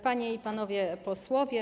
Panie i Panowie Posłowie!